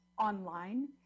online